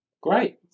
Great